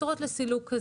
יתרות לסילוק,